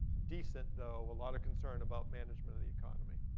decent. though, a lot of concern about management of the economy.